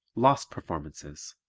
lost performances